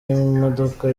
imodoka